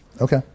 Okay